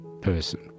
person